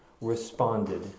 responded